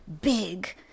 Big